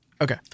Okay